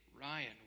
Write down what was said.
Ryan